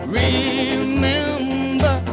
remember